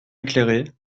éclairé